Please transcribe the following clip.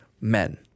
men